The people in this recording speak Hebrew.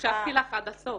הקשבתי לך עד הסוף.